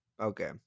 Okay